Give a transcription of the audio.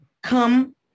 come